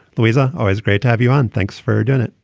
luisa, always great to have you on. thanks for doing it.